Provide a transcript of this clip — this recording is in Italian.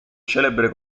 celebre